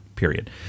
period